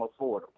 affordable